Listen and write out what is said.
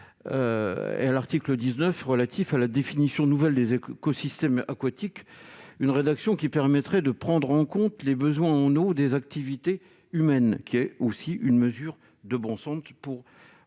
L'article 19 relatif à la définition nouvelle des écosystèmes aquatiques, une rédaction qui permettrait de prendre en compte les besoins en eau des activités humaines qui est aussi une mesure de bon sens pour